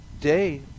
day